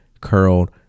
curled